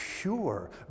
pure